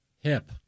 Hip